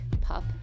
pup